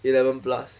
eleven plus